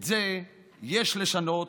את זה יש לשנות,